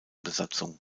besatzung